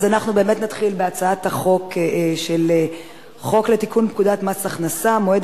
אנחנו באמת נתחיל בהצעת חוק לתיקון פקודת מס הכנסה (מועד